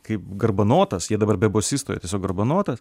kaip garbanotas jie dabar be bosisto jie tiesiog garbanota